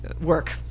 work